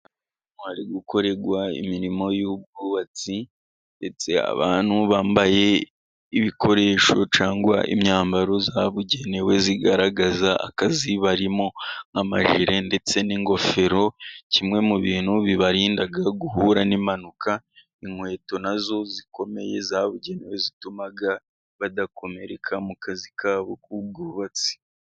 Hari gukorerwa imirimo y'ubwubatsi ndetse abantu bambaye ibikoresho cyangwa imyambaro yabugenewe igaragaza akazi barimo, nk' amajire ndetse n'ingofero. Kimwe mu bintu bibarinda guhura n'impanuka, inkweto nazo zikomeye zabugenewe zituma badakomereka mu kazi kabo k'ubwubatsi.